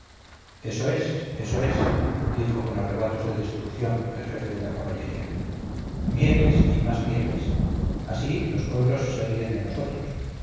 eso es eso es dijo con arrebatos de destrucción el jefe de la caballería mieles y más mieles así los pueblos se ríen de nosotros